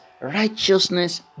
righteousness